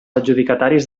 adjudicataris